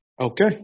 Okay